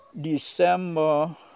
December